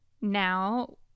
now